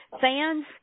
fans